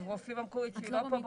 הרופאים המקורית, היא לא פה בחומרים.